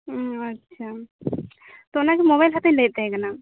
ᱚᱸᱻ ᱟᱪᱪᱷᱟ ᱛᱚ ᱚᱱᱟ ᱜᱮ ᱢᱳᱵᱟᱭᱤᱞ ᱦᱟᱛᱟᱣ ᱤᱧ ᱞᱟᱹᱭᱮᱫ ᱛᱟᱦᱮᱸ ᱠᱟᱱᱟ